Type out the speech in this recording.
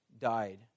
died